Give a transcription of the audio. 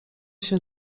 się